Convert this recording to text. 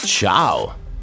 Ciao